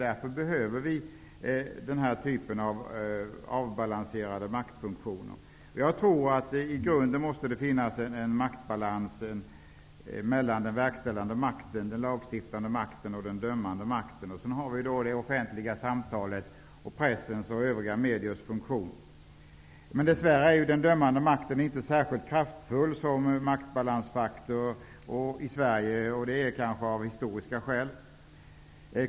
Därför behöver vi avbalanserade maktfunktioner. Jag tror att i grunden måste det finnas en balans mellan den verkställande makten, den lagstiftande makten och den dömande makten, och sedan har vi då det offentliga samtalet och pressens och övriga mediers funktion. Men dess värre är den dömande makten inte särskilt kraftfull som maktbalansfaktor i Sverige, och det är kanske av historiska skäl.